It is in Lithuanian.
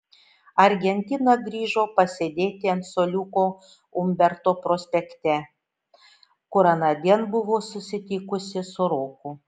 argentina grįžo pasėdėti ant suoliuko umberto prospekte kur anądien buvo susitikusi su roku